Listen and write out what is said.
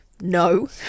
no